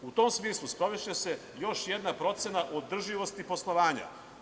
U tom smislu sprovešće se još jedna procena održivosti poslovanja.